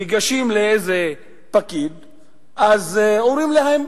ניגשים לפקיד האחראי, ואז הוא אומר להם: